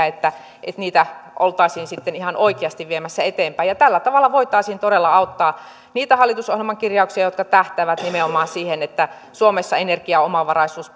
että niitä oltaisiin sitten ihan oikeasti viemässä eteenpäin tällä tavalla voitaisiin todella auttaa niitä hallitusohjelman kirjauksia jotka tähtäävät nimenomaan siihen että suomessa energiaomavaraisuus